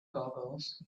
googles